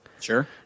Sure